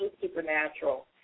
supernatural